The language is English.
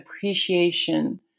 appreciation